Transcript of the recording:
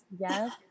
Yes